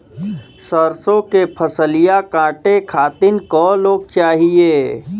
सरसो के फसलिया कांटे खातिन क लोग चाहिए?